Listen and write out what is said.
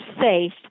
safe